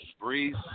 Breeze